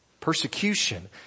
persecution